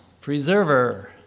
preserver